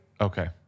Okay